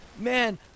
man